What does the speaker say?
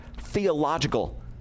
theological